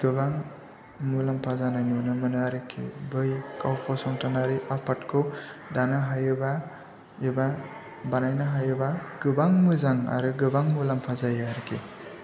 गोबां मुलाम्फा जानाय नुनो मोनो आरोखि बै गाव फसंथानारि आफादखौ दानो हायोबा एबा बानायनो हायोब्ला गोबां मोजां आरो गोबां मुलाम्फा जायो आरोखि